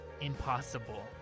impossible